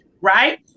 right